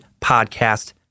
podcast